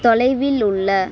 தொலைவில் உள்ள